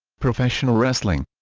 professional wrestling